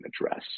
address